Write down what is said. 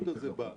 המדד